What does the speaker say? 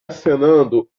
acenando